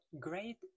great